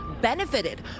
benefited